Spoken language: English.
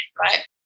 right